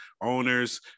owners